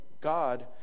God